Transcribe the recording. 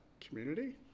community